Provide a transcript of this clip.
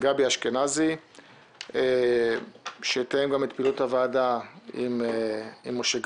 גבי אשכנזי שיתאם את פעילות הוועדה עם משה גפני,